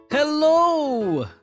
Hello